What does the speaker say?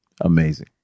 amazing